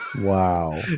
wow